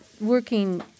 working